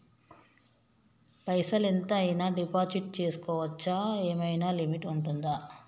పైసల్ ఎంత అయినా డిపాజిట్ చేస్కోవచ్చా? ఏమైనా లిమిట్ ఉంటదా?